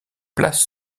place